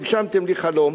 הגשמתם לי חלום,